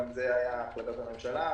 זו הייתה גם החלטת הממשלה,